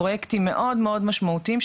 אלו פרויקטים מאוד מאוד משמעותיים,